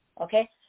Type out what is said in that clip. okay